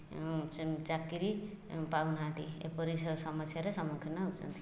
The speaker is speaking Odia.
ଚାକିରୀ ପାଉନାହାନ୍ତି ଏପରି ସମସ୍ୟାରେ ସମ୍ମୁଖୀନ ହଉଛନ୍ତି